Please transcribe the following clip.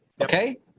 Okay